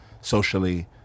socially